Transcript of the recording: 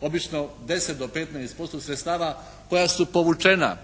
Obično 10 do 15% sredstava koja su povućena